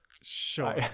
sure